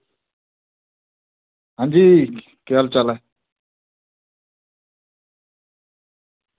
आं जी केह् हाल चाल ऐ